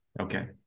Okay